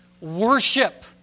worship